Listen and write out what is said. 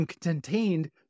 contained